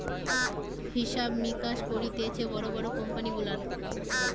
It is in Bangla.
হিসাব মিকাস করতিছে বড় বড় কোম্পানি গুলার